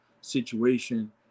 situation